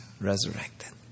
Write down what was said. resurrected